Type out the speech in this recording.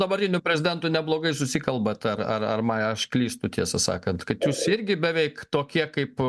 dabartiniu prezidentu neblogai susikalbat ar ar ar ma aš klystu tiesą sakant kad jūs irgi beveik tokie kaip